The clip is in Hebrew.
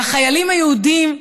והחיילים היהודים,